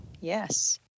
Yes